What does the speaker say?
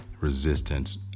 resistance